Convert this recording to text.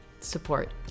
Support